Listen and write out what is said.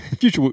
Future